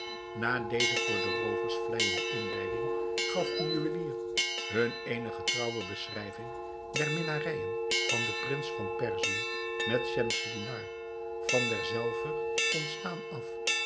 na deze voor de roovers vleijende inleiding gaf de juwelier hun eene getrouwe beschrijving der minnarijen van den prins van perzië met schemselnihar van derzelver ontstaan af